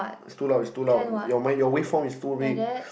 it's too loud it's too loud your mic your waveform is too big